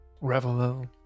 Revelo